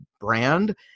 brand